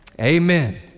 Amen